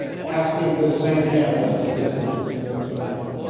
asking this same challenge that's implicit in this question,